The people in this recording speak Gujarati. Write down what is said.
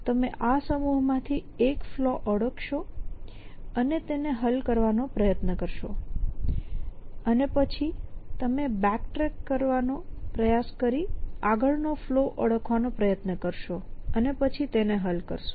તમે આ સમૂહમાંથી એક ફલૉ ઓળખશો અને તેને હલ કરવાનો પ્રયત્ન કરશો અને પછી તમે બેક ટ્રેક નો પ્રયાસ કરી આગળ નો ફલૉ ઓળખવાનો પ્રયત્ન કરશો અને તેને હલ કરશો